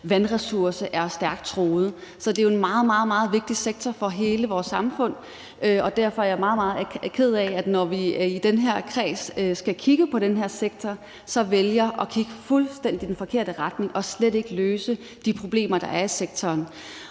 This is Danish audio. vandressource er stærkt truet. Så det er jo en meget, meget vigtig sektor for hele vores samfund, og derfor er jeg meget, meget ked af, at vi, når vi i den her kreds skal kigge på den her sektor, vælger at kigge fuldstændig i den forkerte retning og slet ikke løse de problemer, der er i sektoren.